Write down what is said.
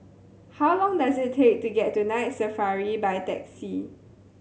how long does it take to get to Night Safari by taxi